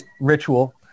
ritual